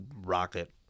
rocket